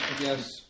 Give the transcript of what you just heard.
Yes